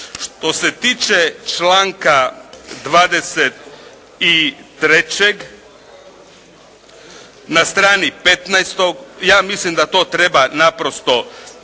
Što se tiče članka 23. na strani 15., ja mislim da to treba naprosto